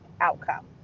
outcome